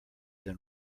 than